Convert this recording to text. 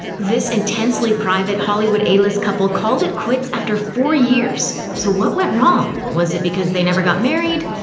this intensely private hollywood a-list couple called it quits after four years. so what went wrong? was it because they never got married?